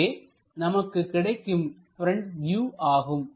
இதுவே நமக்கு கிடைக்கும் ப்ரெண்ட் வியூ ஆகும்